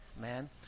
man